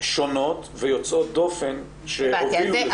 שונות ויוצאות דופן שהובילו לזה.